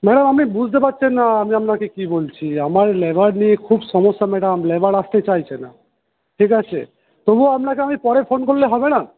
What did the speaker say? madam আপনি বুঝতে পারছেন না আমি আপনাকে কি বলছি আমার লেবার নিয়ে খুব সমস্যা ম্যাডাম লেবার আসতে চাইছে না ঠিক আছে তবুও আপনাকে আমি পরে ফোন করলে হবে না